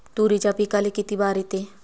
तुरीच्या पिकाले किती बार येते?